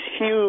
huge